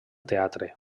teatre